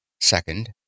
Second